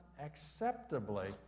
acceptably